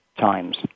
times